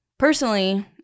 Personally